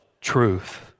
truth